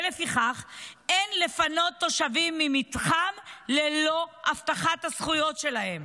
ולפיכך אין לפנות תושבים ממתחם ללא הבטחת הזכויות שלהם.